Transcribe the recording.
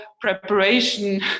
preparation